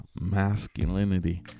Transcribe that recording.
masculinity